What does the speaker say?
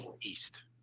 East